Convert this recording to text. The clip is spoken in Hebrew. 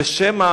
ושמא